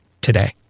Today